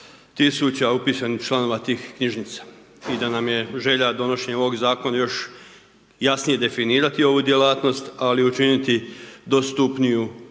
tisuća upisanih članova tih knjižnica. I da nam je želja donošenje ovog zakona jasnije definirati ovu djelatnost, ali učiniti dostupniju